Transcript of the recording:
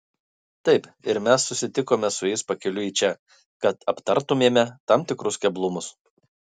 taip ir mes susitikome su jais pakeliui į čia kad aptartumėme tam tikrus keblumus